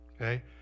okay